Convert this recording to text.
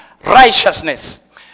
righteousness